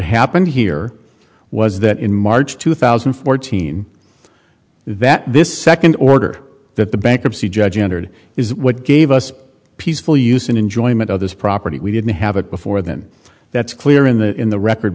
happened here was that in march two thousand and fourteen that this second order that the bankruptcy judge entered is what gave us peaceful use and enjoyment of this property we didn't have it before then that's clear in the in the record